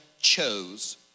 chose